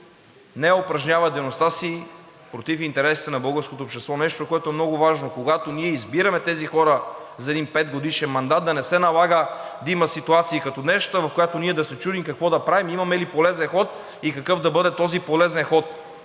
не упражнява дейността си против интересите на българското общество, нещо, което е много важно. Когато ние избираме тези хора за един петгодишен мандат, да не се налага да има ситуации като днешната, в която ние да се чудим какво да правим, имаме ли полезен ход и какъв да бъде този полезен ход.